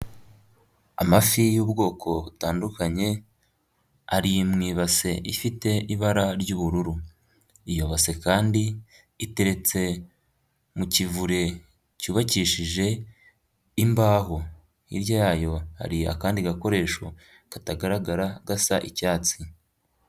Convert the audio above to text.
Amafi yu'ubwoko butandukanye ari mu ibase ifite ibara ry'ubururu, iyo base kandi iteretse mu kivure cyubakishije imbaho, hirya yayo hari akandi gakoresho katagaragara gasa icyatsi.